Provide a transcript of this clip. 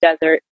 desert